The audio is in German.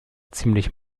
ziemlich